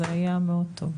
זה היה מאוד טוב.